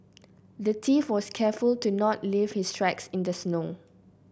the thief was careful to not leave his tracks in the snow